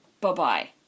bye-bye